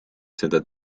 seda